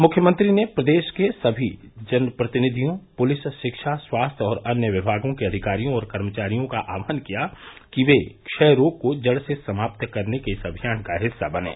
मुख्यमंत्री ने प्रदेश के सभी जनप्रतिनिधियों पुलिस शिक्षा स्वास्थ्य और अन्य विभागों के अधिकारियों और कर्मचारियों का आह्वान किया वे क्षय रोग को जड़ से समात करने के इस अभियान का हिस्सा बनें